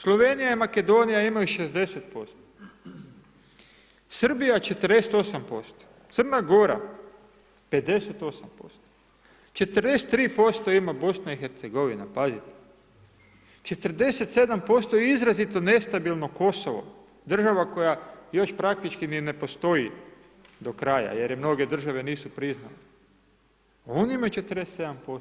Slovenija, Makedonija imaju 60%, Srbija 48%, Crna Gora 58%, 43% ima BIH pazite 47% izrazito nestabilno Kosovo, država koja još praktički ni ne postoji do kraja, jer ju mnoge države nisu priznale, one imaju 47%